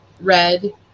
red